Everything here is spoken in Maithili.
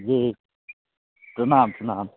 जी प्रणाम प्रणाम